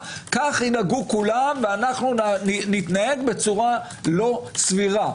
כך ינהגו כולם ואנו נתנהג בצורה לא סבירה.